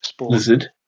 lizard